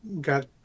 got